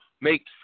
make